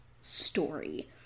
story